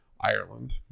Ireland